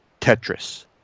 Tetris